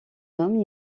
homme